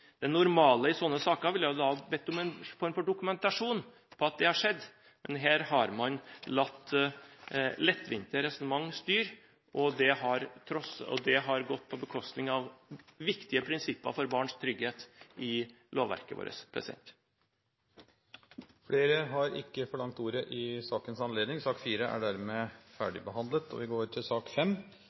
normale i sånne saker ville vært å be om en form for dokumentasjon på at det har skjedd, men her har man latt lettvinte resonnement styre. Det har gått på bekostning av viktige prinsipper for barns trygghet i lovverket vårt. Flere har ikke bedt om ordet til sak nr. 4. EØS- og EU-direktiv er på den politiske dagsordenen stadig vekk. De fleste direktivene vedtas uten de store debattene, mens atter andre er til